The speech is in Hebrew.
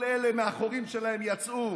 כל אלה מהחורים שלהם יצאו,